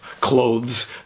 clothes